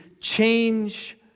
change